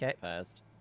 first